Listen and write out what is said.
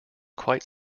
quite